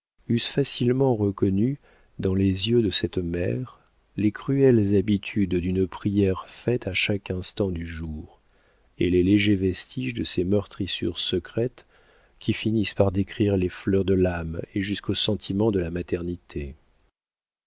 facilement reconnu dans les yeux de cette mère les cruelles habitudes d'une prière faite à chaque instant du jour et les légers vestiges de ces meurtrissures secrètes qui finissent par détruire les fleurs de l'âme et jusqu'au sentiment de la maternité